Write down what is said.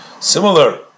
Similar